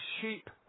sheep